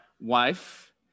wife